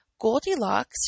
Goldilocks